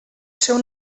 seu